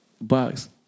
box